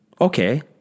Okay